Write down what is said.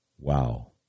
Wow